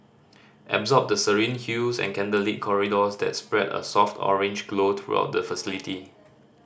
absorb the serene hues and candlelit corridors that spread a soft orange glow throughout the facility